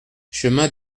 chemin